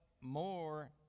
more